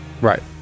right